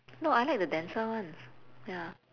no I like the denser ones ya